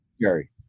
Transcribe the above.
Jerry